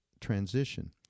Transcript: transition